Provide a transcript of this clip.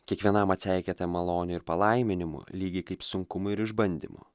kiekvienam atseikėta malonė ir palaiminimu lygiai kaip sunkumai ir išbandymu